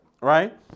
right